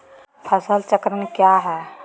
फसल चक्रण क्या है?